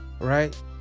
right